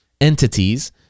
entities